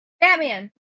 Batman